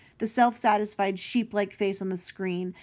the self-satisfied sheep-like face on the screen,